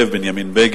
ומייד,